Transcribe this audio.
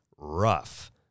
rough